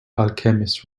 alchemist